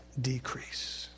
decrease